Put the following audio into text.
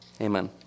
Amen